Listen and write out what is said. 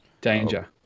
danger